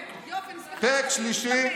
פרק שלישי,